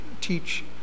teach